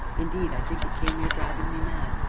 indeed, i think it came near driving me mad.